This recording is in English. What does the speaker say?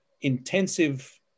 intensive